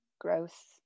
growth